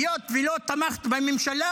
היות ולא תמכת בממשלה,